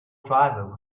driver